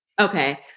Okay